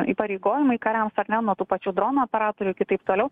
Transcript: įpareigojimai kariams ar ne nuo tų pačių dronų operatorių iki taip toliau